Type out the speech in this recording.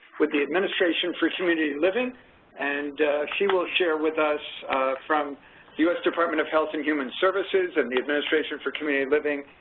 with the administration for community living and she will share with us from u s. department of health and human services, and the administration for community living,